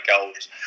goals